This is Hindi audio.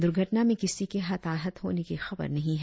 दुर्घटना में किसी के हताहत होने की खबर नही है